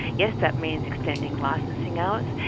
yes, that means extending licensing hours.